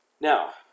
now